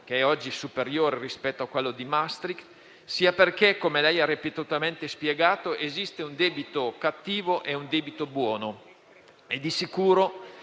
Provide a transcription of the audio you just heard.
che oggi è superiore rispetto all'epoca di Maastricht, sia perché, come lei ha ripetutamente spiegato, esiste un debito cattivo e un debito buono. Di sicuro